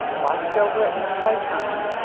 watched over at night by tom,